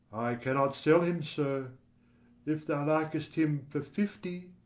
cannot sell him so if thou likest him for fifty,